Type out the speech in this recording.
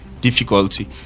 difficulty